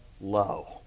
low